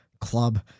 club